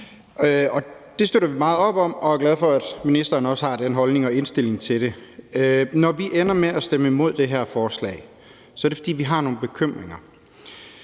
det støtter vi meget op om, og vi er glade for, at ministeren også har den holdning og indstilling til det. Når vi ender med at stemme imod det her forslag, er det, fordi vi har nogle bekymringer.